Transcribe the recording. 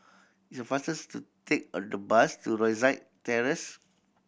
it's fastest to take a the bus to Rosyth Terrace